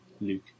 Luke